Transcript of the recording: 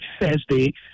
Thursday